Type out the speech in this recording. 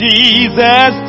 Jesus